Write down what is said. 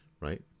right